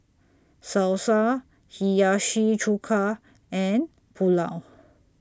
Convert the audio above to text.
Salsa Hiyashi Chuka and Pulao